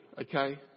okay